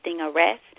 arrest